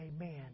Amen